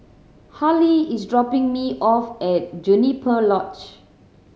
Hallie is dropping me off at Juniper Lodge